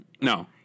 No